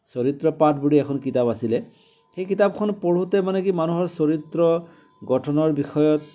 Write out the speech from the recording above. চৰিত্ৰ পাঠ বুলি এখন কিতাপ আছিলে সেই কিতাপখন পঢ়োতে মানে কি মানুহৰ চৰিত্ৰ গঠনৰ বিষয়ত